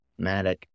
Matic